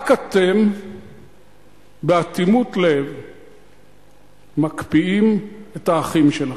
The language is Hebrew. רק אתם באטימות לב מקפיאים את האחים שלכם.